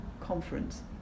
conference